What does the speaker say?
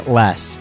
less